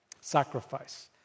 Sacrifice